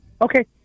Okay